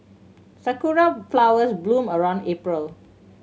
sakura flowers bloom around April